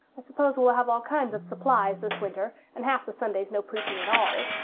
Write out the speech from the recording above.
suppose we'll have all kinds of supplies this winter, and half the sundays no preaching at all.